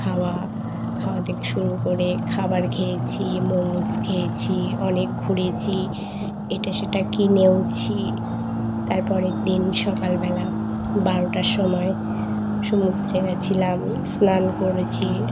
খাওয়া খাওয়া থেকে শুরু করে খাবার খেয়েছি মোমোস খেয়েছি অনেক ঘুরেছি এটা সেটা কিনেওছি তারপের দিন সকালবেলা বারোটার সময় সমুদ্রে গিয়েছিলাম স্নান করেছি